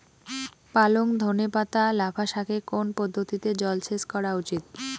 পালং ধনে পাতা লাফা শাকে কোন পদ্ধতিতে জল সেচ করা উচিৎ?